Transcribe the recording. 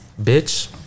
Bitch